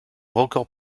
record